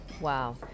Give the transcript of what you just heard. Wow